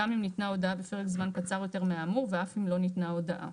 גם אם ניתנה הודעה בפרק זמן קצר יותר מהאמור ואף אם לא ניתנה הודעה".